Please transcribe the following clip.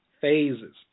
phases